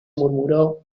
murmuró